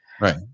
Right